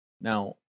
Now